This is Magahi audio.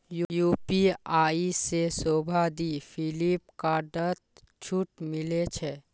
यू.पी.आई से शोभा दी फिलिपकार्टत छूट मिले छे